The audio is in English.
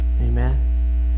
Amen